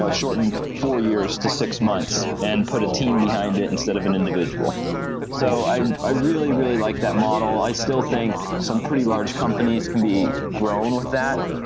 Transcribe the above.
ah shorten four years to six months, and put a team behind instead of an individual so i i really, really like that model. i still think some pretty large companies can be grown with that,